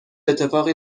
اتفاقی